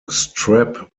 strap